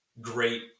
great